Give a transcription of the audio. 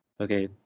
Okay